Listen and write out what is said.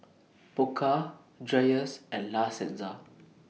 Pokka Dreyers and La Senza